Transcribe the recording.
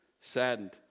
saddened